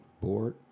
board